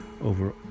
over